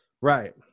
Right